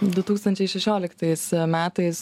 du tūkstančiai šešioliktais metais